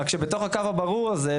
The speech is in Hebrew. רק שבתוך הקו הברור הזה,